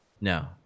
No